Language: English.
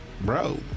bro